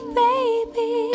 baby